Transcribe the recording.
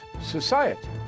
society